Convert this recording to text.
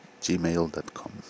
Gmail.com